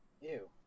Ew